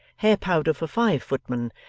hair-powder for five footmen,